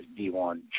D1